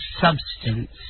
substance